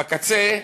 בקצה,